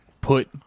Put